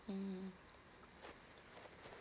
mm